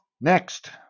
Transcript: Next